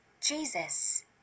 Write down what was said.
Jesus